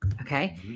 Okay